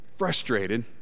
Frustrated